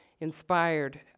inspired